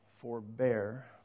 forbear